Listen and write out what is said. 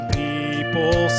people